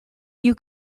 you